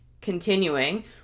continuing